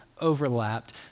overlapped